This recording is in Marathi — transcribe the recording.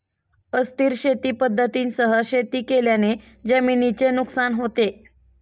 अस्थिर शेती पद्धतींसह शेती केल्याने जमिनीचे नुकसान होते